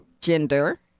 gender